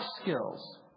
skills